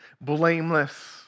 blameless